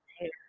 hair